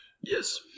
Yes